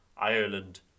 Ireland